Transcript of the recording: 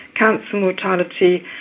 cancer mortality,